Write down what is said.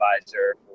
advisor